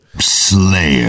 Slayer